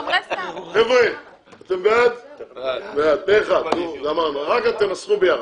הצבעה בעד, רוב נגד, אין סעיף 5 אושר.